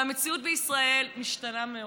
והמציאות בישראל משתנה מאוד,